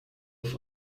auf